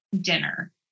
dinner